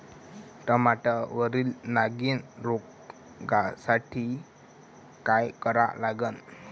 टमाट्यावरील नागीण रोगसाठी काय करा लागन?